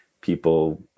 people